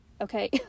Okay